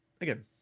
Again